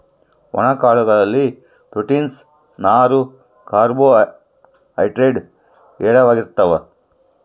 ಒಣ ಕಾಳು ಗಳಲ್ಲಿ ಪ್ರೋಟೀನ್ಸ್, ನಾರು, ಕಾರ್ಬೋ ಹೈಡ್ರೇಡ್ ಹೇರಳವಾಗಿರ್ತಾವ